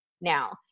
now